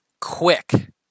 quick